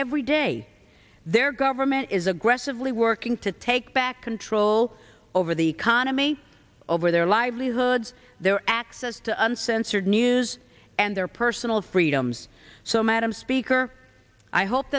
every day their government is aggressively working to take back control over the economy over their livelihoods their access to uncensored news and their personal freedoms so madam speaker i hope